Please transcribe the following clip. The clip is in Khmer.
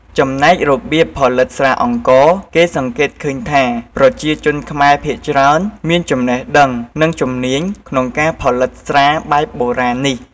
ចំណែករបៀបផលិតស្រាអង្ករ គេសង្កេតឃើញថា ប្រជាជនខ្មែរភាគច្រើន មានចំណេះដឹង និងជំនាញក្នុងការផលិតស្រាបែបបុរាណនេះ។